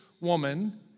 woman